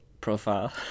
profile